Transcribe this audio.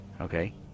Okay